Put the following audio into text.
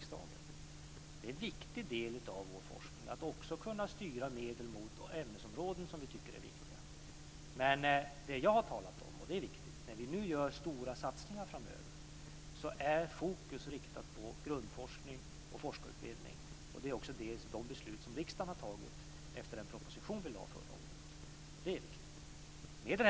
Det är en viktig del av vår forskning att också kunna styra medel mot ämnesområden som vi tycker är viktiga. När vi nu gör stora satsningar framöver är fokus riktat på grundforskning och forskarutbildning. Det har jag talat om, och det är viktigt. Det är också de beslut som riksdagen har fattat efter en proposition som regeringen lade fram förra året, och det är viktigt.